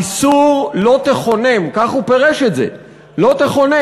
האיסור "לא תחנם"; כך הוא פירש את זה: "לא תחנם",